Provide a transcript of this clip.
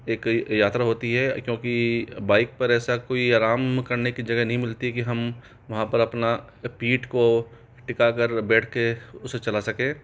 एक यात्रा होती है क्योंकि बाइक पर ऐसा कोई आराम करने की जगह नहीं मिलती कि हम वहाँ पर अपना पीठ को टिका कर बैठके उसे चला सकें